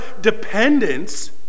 dependence